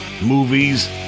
movies